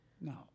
No